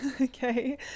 okay